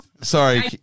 sorry